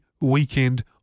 weekend